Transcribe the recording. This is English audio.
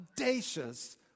Audacious